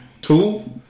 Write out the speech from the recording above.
Two